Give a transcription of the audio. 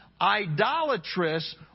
idolatrous